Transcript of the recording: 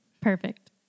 Perfect